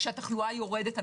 כשהתחלואה יורדת,